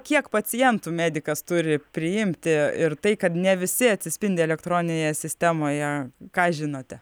kiek pacientų medikas turi priimti ir tai kad ne visi atsispindi elektroninėje sistemoje ką žinote